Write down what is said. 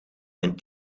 mijn